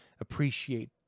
appreciate